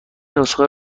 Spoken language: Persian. نسخه